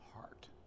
heart